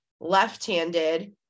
left-handed